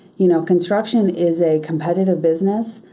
you know construction is a competitive business,